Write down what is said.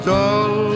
dull